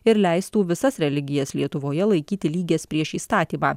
ir leistų visas religijas lietuvoje laikyti lygias prieš įstatymą